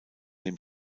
dem